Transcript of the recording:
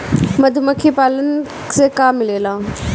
मधुमखी पालन से का मिलेला?